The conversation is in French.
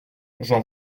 j’en